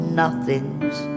nothing's